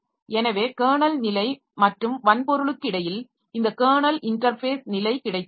எனவே கெர்னல் நிலை மற்றும் வன்பொருளுக்கு இடையில் இந்த கெர்னல் இன்டர்ஃபேஸ் நிலை கிடைத்துள்ளது